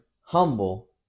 humble